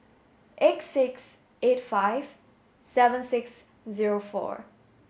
eight six eight five seven six zero four